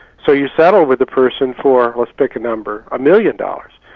so you settle with the person for, let's pick a number, a million dollars,